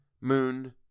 moon